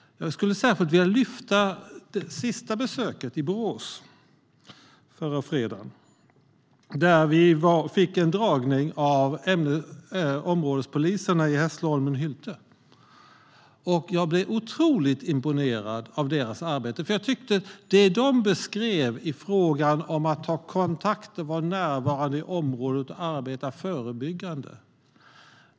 Jag vill särskilt lyfta fram det senaste besöket, i Borås förra fredagen. Vi fick en dragning av områdespoliserna i Hässleholmen och Hulta. Jag blev otroligt imponerad av deras arbete och det de beskrev i fråga om att ta kontakt och vara närvarande i området och att arbeta förebyggande.